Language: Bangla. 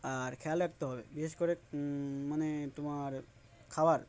আর খেয়াল রাখতে হবে বিশেষ করে মানে তোমার খাবার